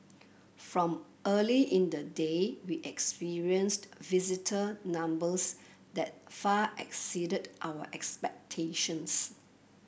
from early in the day we experienced visitor numbers that far exceeded our expectations